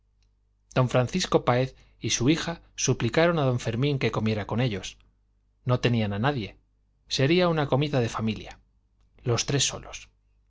don francisco páez y su hija suplicaron a don fermín que comiera con ellos no tenían a nadie sería una comida de familia los tres solos